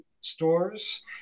stores